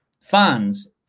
fans